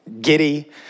giddy